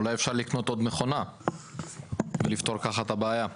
אולי אפשר לקנות עוד מכונה וכך לפתור את הבעיה.